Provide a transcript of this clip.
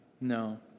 No